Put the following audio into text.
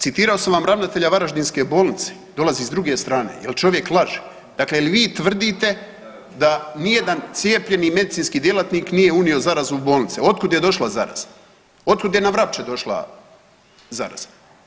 Citirao sam vam ravnatelja Varaždinske bolnice, dolazi s druge strane, jel čovjek laže, dakle je li vi tvrdite da nijedan cijepljeni medicinski djelatnik nije unio zarazu u bolnice, otkud je došla zaraza, otkud je na Vrapče došla zaraza?